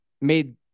made